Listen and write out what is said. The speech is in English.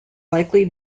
likely